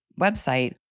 website